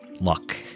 luck